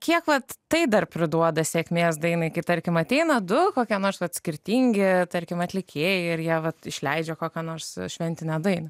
kiek vat tai dar priduoda sėkmės dainai kaip tarkim ateina du kokie nors skirtingi tarkim atlikėjai ir jie vat išleidžia kokią nors šventinę dainą